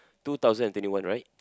two thousand and twenty one right